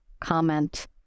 comment